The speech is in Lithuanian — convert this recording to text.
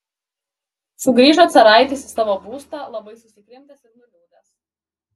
sugrįžo caraitis į savo būstą labai susikrimtęs ir nuliūdęs